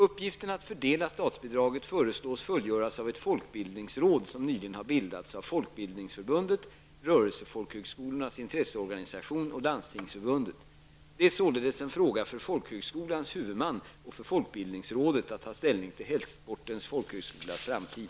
Uppgiften att fördela statsbidraget föreslås fullgöras av ett folkbildningsråd som nyligen har bildats av Folkbildningsförbundet, Det är således en fråga för folkhögskolans huvudman och för Folkbildningsrådet att ta ställning till Hästsportens folkhögskolas framtid.